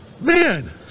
man